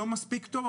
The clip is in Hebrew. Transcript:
זה לא מספיק טוב,